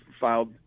filed